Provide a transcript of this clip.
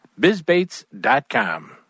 bizbaits.com